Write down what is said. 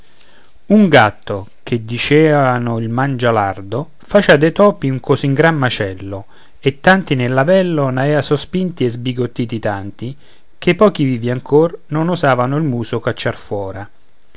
un gatto che diceano il mangialardo facea dei topi un così gran macello e tanti nell'avello n'avea sospinti e sbigottiti tanti che i pochi vivi ancora non osavano il muso cacciar fuora